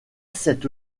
cette